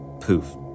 poof